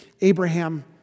Abraham